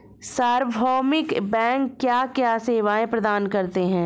सार्वभौमिक बैंक क्या क्या सेवाएं प्रदान करते हैं?